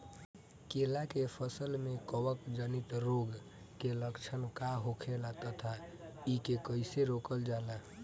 केला के फसल में कवक जनित रोग के लक्षण का होखेला तथा एके कइसे रोकल जाला?